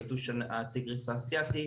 יתוש הטיגריס האסיאתי.